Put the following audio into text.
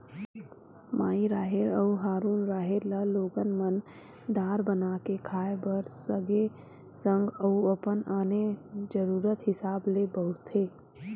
माई राहेर अउ हरूना राहेर ल लोगन मन दार बना के खाय बर सगे संग अउ अपन आने जरुरत हिसाब ले बउरथे